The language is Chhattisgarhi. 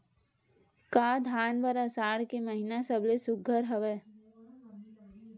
का धान बर आषाढ़ के महिना सबले सुघ्घर हवय?